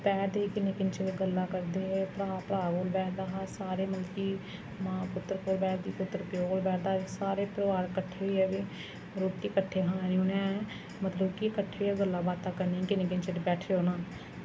बैठदे हे किन्ने किन्ने चिर गल्लां करदे हे भ्राऽ भ्राऽ कोल बैठदा हा सारे मतलब कि मां पुत्तर कोल बैठदी पुत्तर प्यो कोल बैठदा हा सारे भ्राऽ कट्ठे होइयै बी रुट्टी कट्ठे खानी उनें मतलब कि कट्ठे गै गल्ल बातां करनियां किन्ने किन्ने चिर बैठे रौह्ना